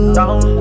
down